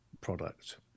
product